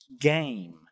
game